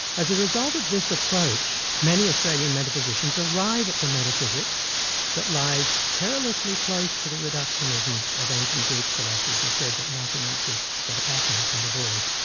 as a result of this approach, many australian metaphysicians arrive at the metaphysics that lies perilously close to the reductionism of ancient greek philosophy who said that nothing exists but atoms in the void.